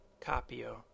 Capio